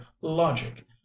logic